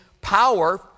power